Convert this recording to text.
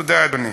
תודה, אדוני.